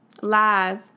Lies